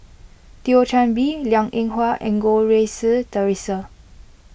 Thio Chan Bee Liang Eng Hwa and Goh Rui Si theresa